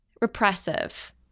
Repressive